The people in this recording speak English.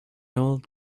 old